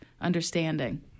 understanding